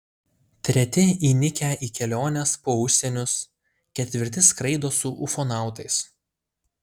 treti įnikę į keliones po užsienius ketvirti skraido su ufonautais